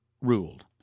ruled